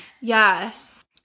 Yes